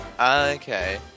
Okay